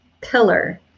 pillar